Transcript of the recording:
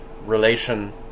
relation